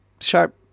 sharp